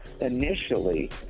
Initially